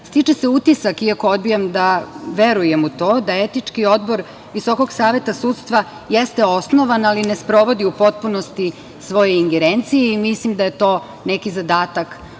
stiče se utisak, iako odbijam da verujem u to da Etički odbor Visokog saveta sudstva jeste osnovan, ali ne sprovodi u potpunosti svoje ingerencije i mislim da je to neki zadatak koji